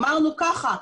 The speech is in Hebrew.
אמרנו ככה,